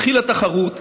התחילה תחרות,